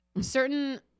Certain